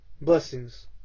blessings